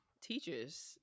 teachers